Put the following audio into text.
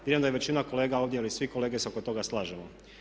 Vjerujem da je većina kolega ovdje i svi kolege se oko toga slažemo.